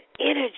energy